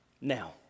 Now